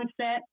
set